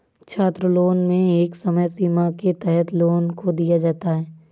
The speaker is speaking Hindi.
छात्रलोन में एक समय सीमा के तहत लोन को दिया जाता है